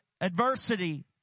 adversity